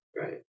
Right